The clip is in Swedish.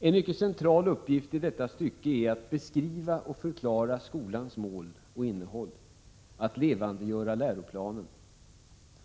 En mycket central uppgift i detta stycke är att beskriva och förklara skolans mål och innehåll, att levandegöra läroplanen.